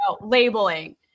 labeling